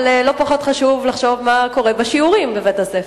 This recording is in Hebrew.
אבל לא פחות חשוב לחשוב מה קורה בשיעורים בבית-הספר.